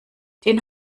den